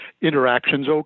interactions